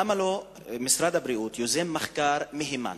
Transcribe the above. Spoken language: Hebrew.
למה לא ייזום משרד הבריאות מחקר מהימן